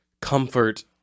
comfort